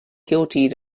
guilty